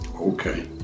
okay